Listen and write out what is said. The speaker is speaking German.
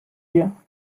hier